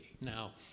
Now